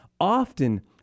often